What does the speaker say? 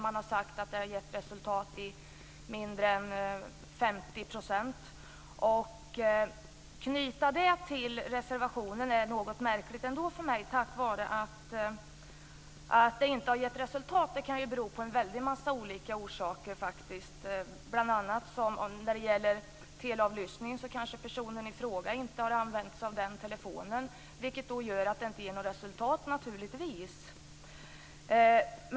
Man har sagt att den gett resultat i mindre än 50 % av fallen. Ändå känns det något märkligt för mig att knyta detta till reservationen. Att det inte har blivit något resultat kan ju bero på en väldig massa saker. När det gäller teleavlyssning kanske personen i fråga inte har använt sig av den telefonen, vilket naturligtvis gör att det inte blir något resultat.